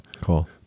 Cool